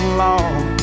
long